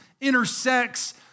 intersects